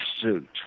suit